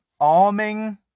arming